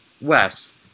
Wes